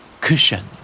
Cushion